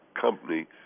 company